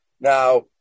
Now